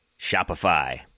Shopify